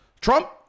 Trump